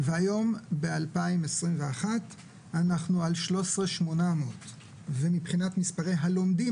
והיום ב- 2021 אנחנו על 13,800. ומבחינת מספרי הלומדים